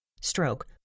stroke